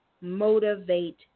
motivate